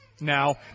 now